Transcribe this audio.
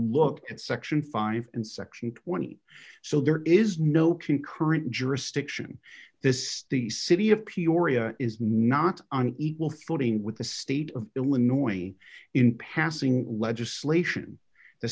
look at section five and section twenty so there is no concurrent jurisdiction this state city of peoria is not on equal footing with the state of illinois in passing legislation the